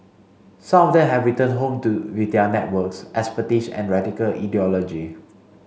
some of them have returned home to with their networks expertise and radical ideology